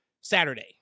Saturday